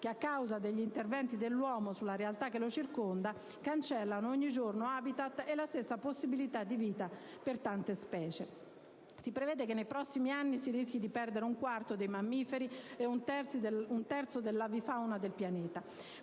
che, a causa degli interventi dell'uomo sulla realtà che lo circonda, cancellano ogni giorno *habitat* e la stessa possibilità di vita per tante specie. Si prevede che nei prossimi anni si rischi di perdere un quarto dei mammiferi e un terzo dell'avifauna del pianeta.